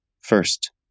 First